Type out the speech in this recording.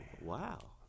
Wow